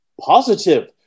Positive